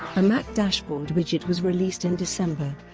a mac dashboard widget was released in december,